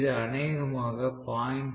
இது அநேகமாக 0